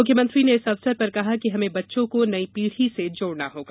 मुख्यमंत्री ने इस अवसर पर कहा कि हमें बच्चों को नई पीढ़ी से जोड़ना होगा